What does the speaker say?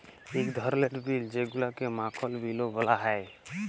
ইক ধরলের বিল যেগুলাকে মাখল বিলও ব্যলা হ্যয়